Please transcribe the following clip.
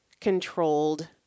controlled